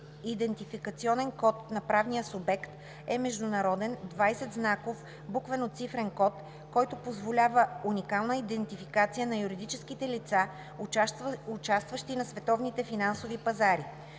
„Идентификационен код на правния субект” е международен 20-знаков буквено-цифрен код, който позволява уникална идентификация на юридическите лица, участващи на световните финансови пазари.“